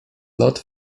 lot